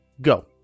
go